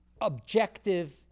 objective